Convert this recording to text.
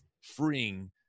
freeing